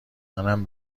منم